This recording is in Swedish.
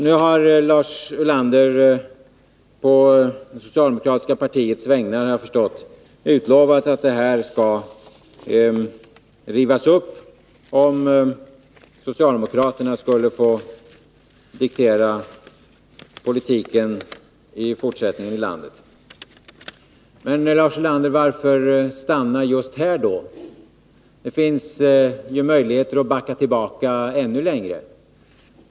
Nu har Lars Ulander på det socialdemokratiska partiets vägnar, har jag förstått, utlovat att beslutet skall rivas upp, om socialdemokraterna skulle få diktera politiken i fortsättningen i landet. Men, Lars Ulander, varför stanna just här? Det finns ju möjligheter att backa ännu längre.